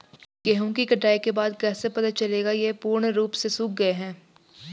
गेहूँ की कटाई के बाद कैसे पता चलेगा ये पूर्ण रूप से सूख गए हैं?